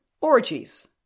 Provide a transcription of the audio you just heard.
Orgies